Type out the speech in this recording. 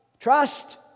Trust